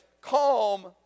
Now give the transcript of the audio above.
calm